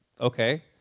okay